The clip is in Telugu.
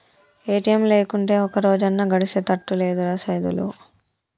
ఏ.టి.ఎమ్ లేకుంటే ఒక్కరోజన్నా గడిసెతట్టు లేదురా సైదులు